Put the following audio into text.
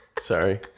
sorry